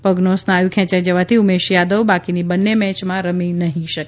પગનો સ્નાયુ ખેંચાઇ જવાથી ઉમેશ યાદવ બાકીની બંન્ને મેચમાં રમી નહીં શકે